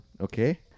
okay